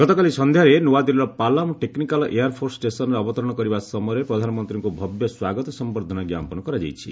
ଗତକାଲି ସନ୍ଧ୍ୟାରେ ନୂଆଦିଲ୍ଲୀର ପାଲାମ୍ ଟେକ୍ନିକାଲ୍ ଏୟାର୍ ଫୋର୍ସ ଷ୍ଟେସନ୍ରେ ଅବତରଣ କରିବା ସମୟରେ ପ୍ରଧାନମନ୍ତୀଙ୍କୁ ଭବ୍ୟ ସ୍ୱାଗତ ସମ୍ଭର୍ଦ୍ଧନା ଜ୍ଞାପନ କରାଯାଇଛି